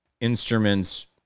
instruments